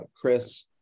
chris